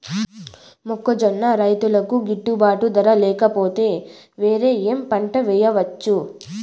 మొక్కజొన్న రైతుకు గిట్టుబాటు ధర లేక పోతే, వేరే ఏమి పంట వెయ్యొచ్చు?